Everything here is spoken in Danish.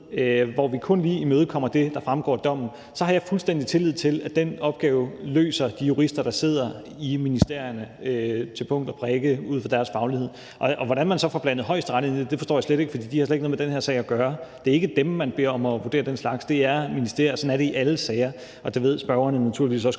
hvor vi kun lige imødekommer det, der fremgår af dommen, så har jeg fuldstændig tillid til, at den opgave løser de jurister, der sidder i ministerierne, til punkt og prikke ud fra deres faglighed. Og hvordan man så får blandet Højesteret ind i det, forstår jeg slet ikke, for de har slet ikke noget med den her sag at gøre. Det er ikke dem, man beder om at vurdere den slags; det er ministerierne, og sådan er det i alle sager, og det ved spørgeren naturligvis også